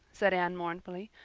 said anne mournfully,